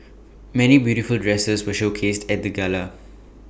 many beautiful dresses were showcased at the gala